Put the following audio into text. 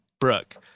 Brooke